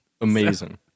Amazing